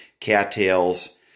cattails